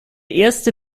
erste